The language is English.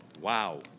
Wow